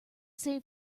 save